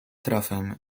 trafem